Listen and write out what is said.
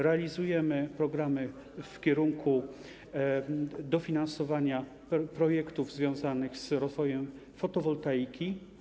Realizujemy programy w kierunku dofinansowania projektów związanych z rozwojem fotowoltaiki.